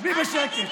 שבי בשקט.